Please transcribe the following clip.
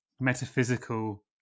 metaphysical